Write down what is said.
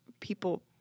people